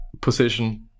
position